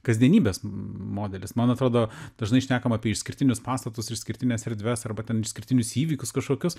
kasdienybės mm modelis man atrodo dažnai šnekama apie išskirtinius pastatus išskirtines erdves arba ten išskirtinius įvykius kažkokius